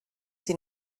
sie